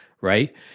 right